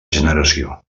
generació